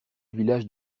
village